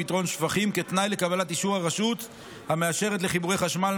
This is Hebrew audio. לפתרון שפכים כתנאי לקבלת אישור הרשות המאשרת חיבורי חשמל,